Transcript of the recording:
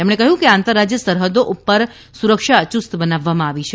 તેમણે કહ્યું કે આંતરરાજય સરહદો પર સુરક્ષા યુસ્ત બનાવવામાં આવી છે